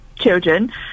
children